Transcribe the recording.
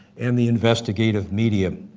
and the investigative medium.